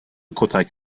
کتک